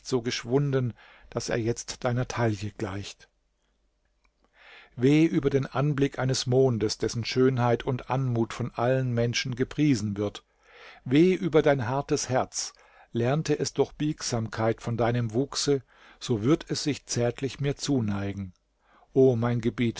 so geschwunden daß er jetzt deiner taille gleicht weh über den anblick eines mondes dessen schönheit und anmut von allen menschen gepriesen wird weh über dein hartes herz lernte es doch biegsamkeit von deinem wuchse so würd es sich zärtlich mir zuneigen o mein gebieter